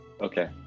Okay